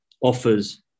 offers